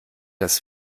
das